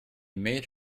made